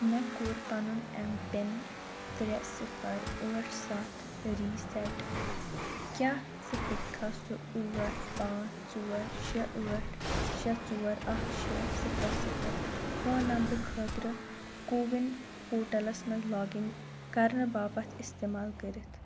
مےٚ کوٚر پَنُن ایم پِن ترٛےٚ صِفر ٲٹھ سَتھ ری سیٹ ، کیٛاہ ژٕ ہیٚککھا سُہ ٲٹھ پانژٛھ ژور شےٚ ٲٹھ شےٚ ژور اکھ شےٚ صِفر صِفر فون نمبرٕ خٲطرٕ کووِن پوٹلس مَنٛز لاگ اِن کرنہٕ باپتھ اِستعمال کٔرِتھ؟